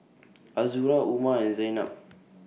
Azura Umar and Zaynab